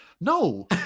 No